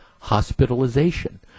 hospitalization